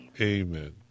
Amen